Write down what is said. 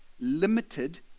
limited